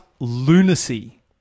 Lunacy